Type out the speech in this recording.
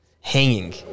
hanging